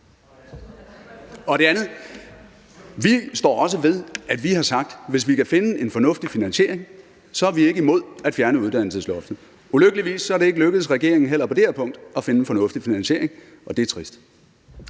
Det andet er: Vi står også ved, at vi har sagt, at hvis vi kan finde en fornuftig finansiering, så er vi ikke imod at fjerne uddannelsesloftet. Ulykkeligvis er det heller ikke lykkedes regeringen på det her punkt at finde en fornuftig finansiering, og det er trist.